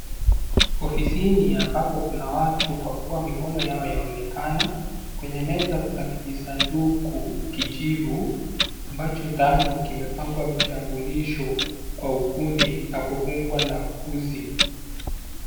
Ofisini ambapo kuna watu kwa kuwa mikono yaonekana, kwenye meza kuna kijisanduku kijivu ambacho ndani kimepangwa vitambulisho kwa ukundi na kufungwa na uzi.